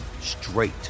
straight